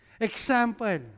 Example